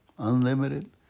Unlimited